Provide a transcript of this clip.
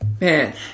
Man